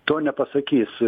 to nepasakys